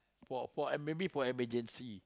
for for em~ maybe for emergency